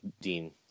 Dean